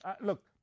Look